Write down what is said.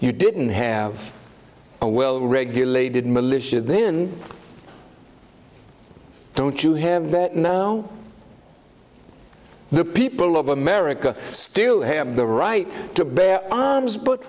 you didn't have a well regulated militia then don't you have no the people of america still have the right